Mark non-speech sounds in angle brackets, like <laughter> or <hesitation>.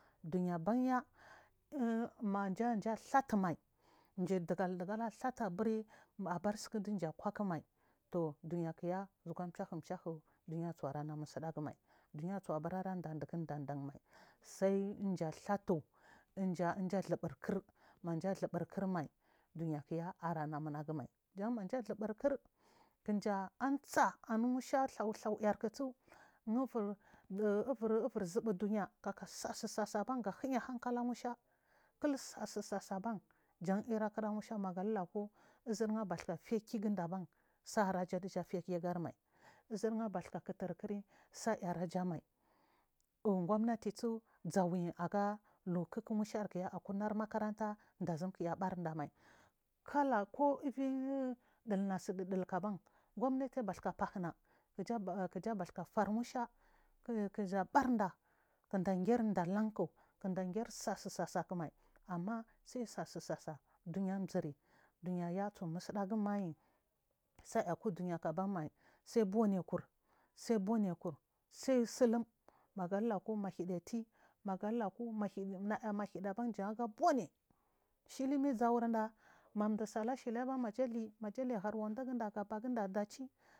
Duya abanya mamji aiy da thatuni may mji du gal du gal aiy nda that u mai aburi abar suku dum ji akuwa ku mai tou duya kuya zukuwa chyahu chyahu duyay chuwa rana musdagu mai duyay chu abarara ndadugu ndandan mai sai dumji ailhatu tu dumji athubur kur nmji alhu bur kur mai duya aranah munagu mai gumji amubur kur gumji am cha amu nu shya thaw thaw yak u chu nuivur subu dunya kaka sasu sasa ga huya haraka la nusha kul sasu sasa ba. Maga lulaku uzur nwibalhka tiya kigada ban saraja dujafiya ki agarimai uzur nu abath kaku tur kury sayarajaban mai <hesitation> gomnati chuw zauyi aburi nuwsha irka ya akurnar makaranta ndazu kuya barda kala ku ivir dul nasu dululku aban gomnati aiy bathka bahuna nusha kuda gir dalan ku kuda guiri sasu sasa ku mai amma say sasu sasa duya amzuri dunya ya chum us dagu mai sa ai aku duya ku aban mai sai boniy kur saiy bonikur sai sulum maga lulaka mahidiy naya mahialiy aban janaya buniy shili min zaurnda mandu sela shili aban maja liy har wanda gun da gaba gunda dadi.